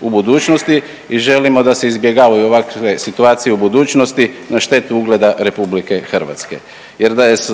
u budućnosti i želimo da se izbjegavaju ovakve situacije u budućnosti na štetu ugleda Republike Hrvatske. Jer